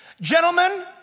Gentlemen